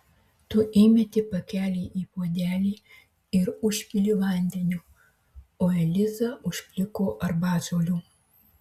tu įmeti pakelį į puodelį ir užpili vandeniu o eliza užpliko arbatžolių